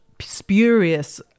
spurious